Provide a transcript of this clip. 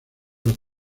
los